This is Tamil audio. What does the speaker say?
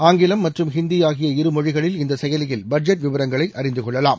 ஆங்கில் மற்றும் ஹிந்தி ஆகிய இருமொழிகளில் இந்த செயலியில் பட்ஜெட் விவரங்களை அறிந்து கொள்ளலாம்